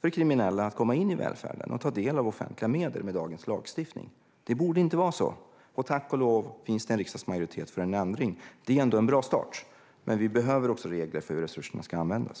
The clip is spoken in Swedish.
för kriminella att komma in i välfärden och ta del av offentliga medel med dagens lagstiftning. Det borde inte vara så, och tack och lov finns det en riksdagsmajoritet för en ändring. Det är ändå en bra start, men vi behöver också regler för hur resurserna ska användas.